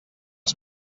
les